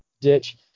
ditch